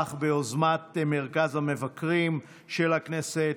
שנערך ביוזמת מרכז המבקרים של הכנסת,